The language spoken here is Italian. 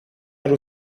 era